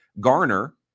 Garner